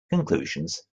conclusions